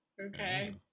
Okay